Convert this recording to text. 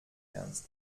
ernst